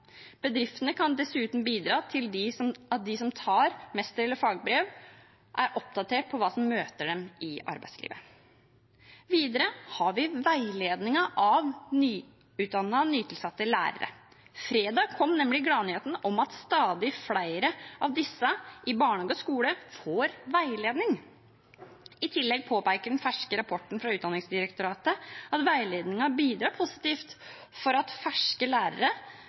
Bedriftene kan dessuten bidra til at de som tar mester- eller fagbrev, er oppdatert på hva som møter dem i arbeidslivet. Videre har vi veiledningen av nyutdannede, nytilsatte lærere. Fredag kom nemlig gladnyheten om at stadig flere av disse, i barnehage og skole, får veiledning. I tillegg påpeker den ferske rapporten fra Utdanningsdirektoratet at veiledningen bidrar positivt for de ferske